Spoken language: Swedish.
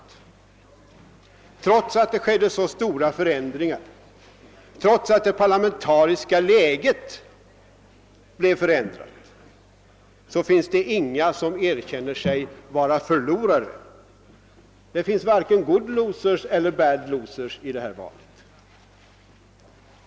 Trots att det skedde så stora förändringar, trots att det parlamentariska läget blev förändrat, finns det ingen som erkänner sig vara förlorare, det finns varken »good loosers» eller »bad loosers» i det här fallet.